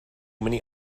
many